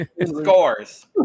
Scores